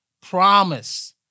promise